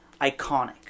iconic